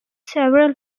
several